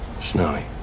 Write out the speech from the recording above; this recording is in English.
Snowy